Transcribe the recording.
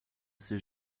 sait